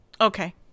Okay